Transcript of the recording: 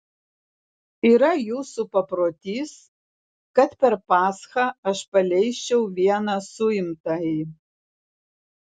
yra jūsų paprotys kad per paschą aš paleisčiau vieną suimtąjį